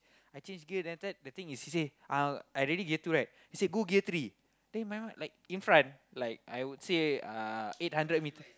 I change gear then after that the thing is he say uh I already gear two right then he say go gear three then in my mind like in front I would say uh eight hundred meters